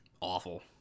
Awful